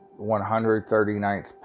139th